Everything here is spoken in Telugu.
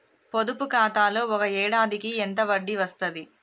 పొదుపు ఖాతాలో ఒక ఏడాదికి ఎంత వడ్డీ వస్తది?